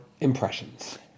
impressions